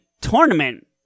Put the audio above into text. tournament